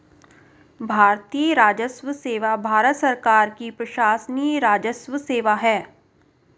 भारतीय राजस्व सेवा भारत सरकार की प्रशासनिक राजस्व सेवा है